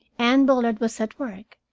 anne bullard was at work,